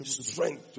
strength